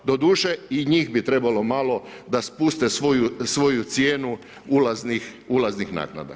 Doduše i njih bi trebalo malo da spuste svoju cijenu ulaznih naknada.